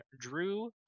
Drew